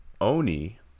Oni